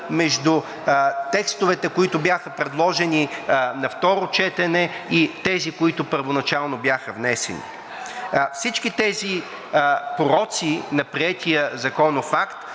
между текстовете, които бяха предложени на второ четене, и тези, които първоначално бяха внесени. Всички тези пороци на приетия законов акт